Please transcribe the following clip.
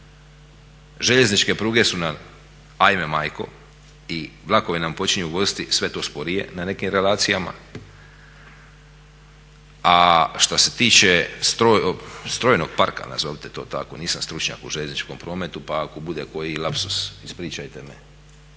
Željezničke pruge su nam ajme majko i vlakovi nam počinju voziti sve to sporije na nekim relacijama, a što se tiče strojnog parka, nazovimo to tako nisam stručnjak u željezničkom prometu pa ako bude koji lapsus ispričajte me,